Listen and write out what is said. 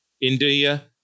India